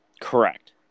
Correct